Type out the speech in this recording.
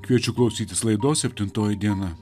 kviečia klausytis laidos septintoji diena